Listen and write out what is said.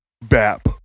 BAP